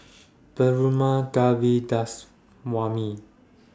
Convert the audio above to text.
Perumal Govindaswamy